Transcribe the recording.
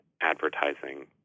advertising